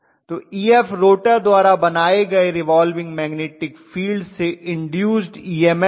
तो Ef rotor द्वारा बनाए गए रिवाल्विंग मैग्नेटिक फील्ड से इन्दूस्ड ईएमएफ है